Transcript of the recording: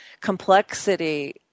complexity